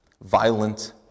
violent